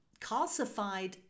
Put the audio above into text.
calcified